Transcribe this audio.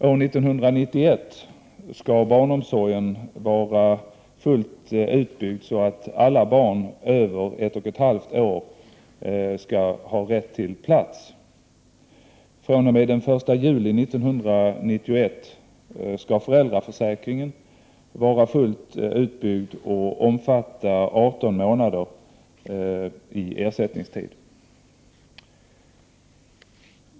År 1991 skall barnomsorgen vara fullt utbyggd, så att alla barn över ett och ett halvt år skall ha rätt till plats. fr.o.m. den 1 juli 1991 skall föräldraförsäkringen vara fullt utbyggd och omfatta 18 månaders ersättningstid.